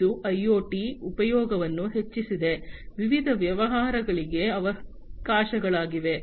ಇದು ಐಒಟಿಯ ಉಪಯೋಗವನ್ನು ಹೆಚ್ಚಿಸಿದೆ ವಿವಿಧ ವ್ಯವಹಾರಗಳಿಗೆ ಅವಕಾಶಗಳಿವೆ